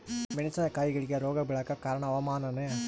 ಮೆಣಸಿನ ಕಾಯಿಗಳಿಗಿ ರೋಗ ಬಿಳಲಾಕ ಕಾರಣ ಹವಾಮಾನನೇ?